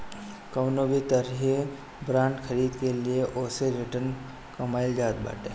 कवनो भी तरही बांड खरीद के भी ओसे रिटर्न कमाईल जात बाटे